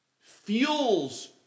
fuels